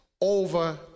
over